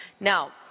Now